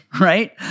right